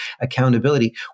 accountability